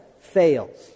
fails